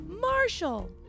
Marshall